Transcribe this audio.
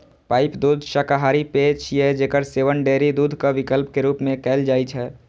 pipe दूध शाकाहारी पेय छियै, जेकर सेवन डेयरी दूधक विकल्प के रूप मे कैल जाइ छै